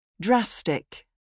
Drastic